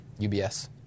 UBS